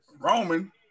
Roman